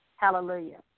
Hallelujah